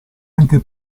anche